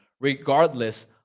regardless